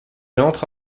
entre